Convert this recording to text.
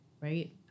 right